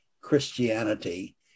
Christianity